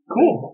Cool